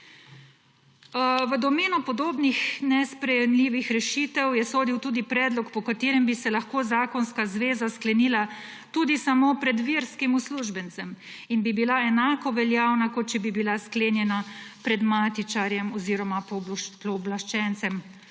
V domeno podobnih nesprejemljivih rešitev je sodil tudi predlog, po katerem bi se lahko zakonska zveza sklenila tudi samo pred verskim uslužbencem in bi bila enako veljavna, kot če bi bila sklenjena pred matičarjem oziroma pooblaščencem